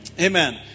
Amen